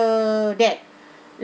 that